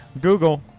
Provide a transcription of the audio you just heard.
Google